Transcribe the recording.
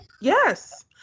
Yes